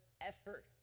effort